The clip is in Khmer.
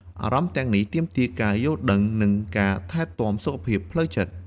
អារម្មណ៍ទាំងនេះទាមទារការយល់ដឹង និងការថែទាំសុខភាពផ្លូវចិត្ត។